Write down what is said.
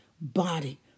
body